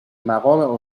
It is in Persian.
مقام